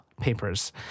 papers